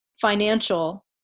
financial